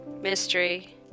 mystery